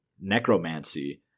necromancy